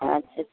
अच्छा